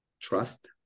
trust